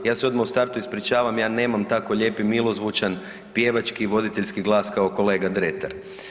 Ja se odmah u startu ispričavam, ja nemam tako lijep i milozvučan pjevački i voditeljski glas kao kolega Dretar.